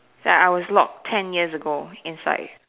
that I was locked ten years ago inside